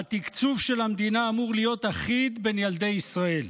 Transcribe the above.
והתקצוב של המדינה אמור להיות אחיד לילדי ישראל.